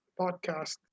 podcast